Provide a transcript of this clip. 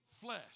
flesh